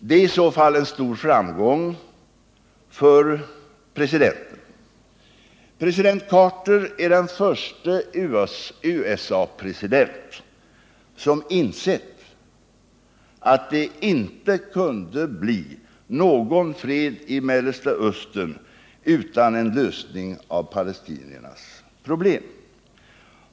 Det är i så fall en stor framgång för president Carter. Han är den förste USA-president som insett att det inte kunde bli någon fred i Mellersta Östern utan en lösning av palestiniernas problem.